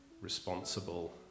responsible